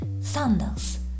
Sandals